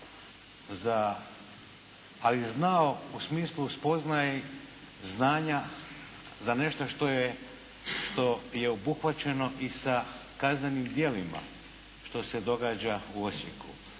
ali znao u smislu spoznaje znanja za nešto što je obuhvaćeno i sa kaznenim djelima što se događa u Osijeku.